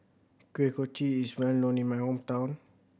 Kuih Kochi is well known in my hometown